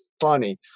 funny